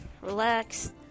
relax